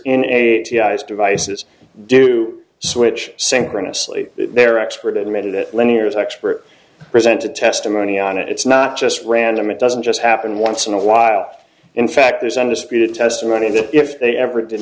in eighty eyes devices do switch synchronously their expert admitted that linear is expert presented testimony on it's not just random it doesn't just happen once in a while in fact there's undisputed testimony that if they ever did